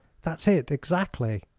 that's it, exactly,